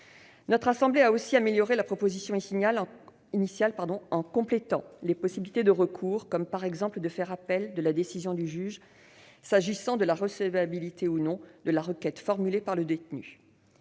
Notre assemblée a aussi amélioré la proposition initiale en complétant les possibilités de recours. Je pense, par exemple, au fait de faire appel de la décision du juge s'agissant de la recevabilité ou non de la requête formulée par le détenu.